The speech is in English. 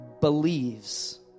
believes